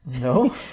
No